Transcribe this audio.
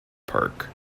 park